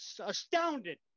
astounded